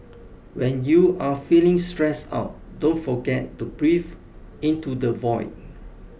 when you are feeling stressed out don't forget to breathe into the void